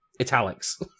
italics